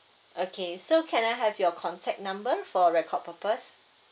okay so can I have your contact number for record purpose